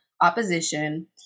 opposition